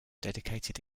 dedicated